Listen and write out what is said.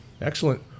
Excellent